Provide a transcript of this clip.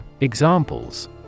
Examples